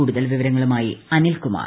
കൂടുതൽ വിവരങ്ങളുമായി അനിൽകുമാർ